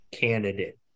candidate